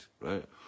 right